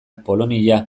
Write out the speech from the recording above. polonia